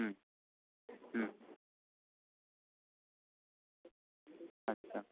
হুম হুম আচ্ছা